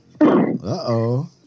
uh-oh